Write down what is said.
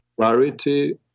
clarity